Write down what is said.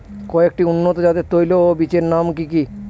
কয়েকটি উন্নত জাতের তৈল ও বীজের নাম কি কি?